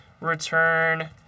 return